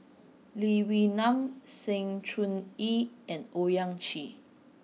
Lee Wee Nam Sng Choon Yee and Owyang Chi